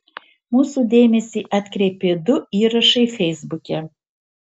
mūsų dėmesį atkreipė du įrašai feisbuke